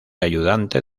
ayudante